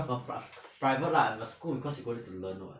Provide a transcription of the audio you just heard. orh private lah but school because you go there to learn [what]